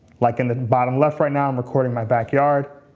like in the bottom left right now, i'm recording my backyard.